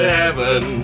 heaven